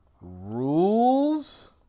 Rules